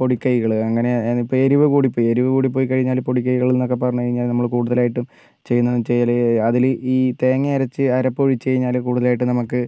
പൊടിക്കൈകൾ അങ്ങനെ ഇപ്പോൾ എരിവ് കൂടിപ്പോയി എരിവ് കൂടിക്കഴിഞ്ഞാൽ പൊടിക്കൈകൾ എന്നൊക്കെ പറഞ്ഞു കഴിഞ്ഞാൽ നമ്മൾ കൂടുതലായിട്ടും ചെയ്യുന്നത് എന്താണ് വെച്ചു കഴിഞ്ഞാൽ അതിൽ ഈ തേങ്ങ അരച്ച് അരപ്പൊഴിച്ചു കഴിഞ്ഞാൽ കൂടൂതലായിട്ട് നമുക്ക്